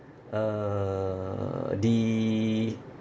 err the